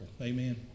Amen